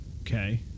Okay